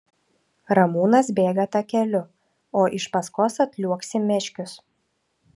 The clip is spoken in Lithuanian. ramūnas bėga takeliu o iš paskos atliuoksi meškius